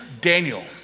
Daniel